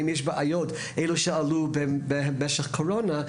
לשאול האם יש בעיות שעלו במשך הקורונה,